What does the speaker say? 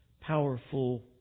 powerful